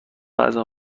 غذا